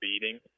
beating